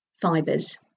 fibers